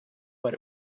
but